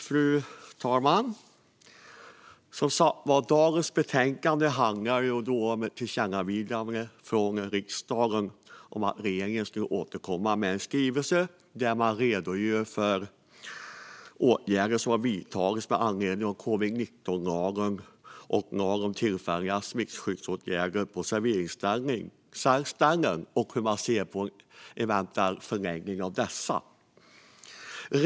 Fru talman! Dagens betänkande handlar som sagt var om ett tillkännagivande från riksdagen om att regeringen skulle återkomma med en skrivelse där man redogör för de åtgärder som vidtagits med anledning av covid-19-lagen och lagen om tillfälliga smittskyddsåtgärder på serveringsställen samt hur man ser på en eventuell förlängning av dessa lagar.